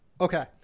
Okay